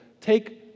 take